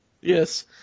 Yes